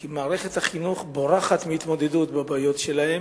כי מערכת החינוך בורחת מהתמודדות עם הבעיות שלהם,